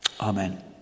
Amen